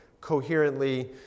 coherently